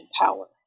power